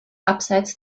abseits